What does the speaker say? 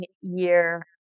year